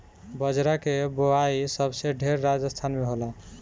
बजरा के बोआई सबसे ढेर राजस्थान में होला